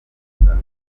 gusa